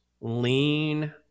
lean